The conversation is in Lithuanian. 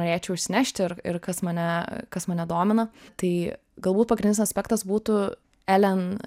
norėčiau išsinešti ir kas mane kas mane domina tai galbūt pagrindinis aspektas būtų elen